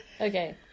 Okay